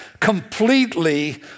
completely